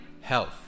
health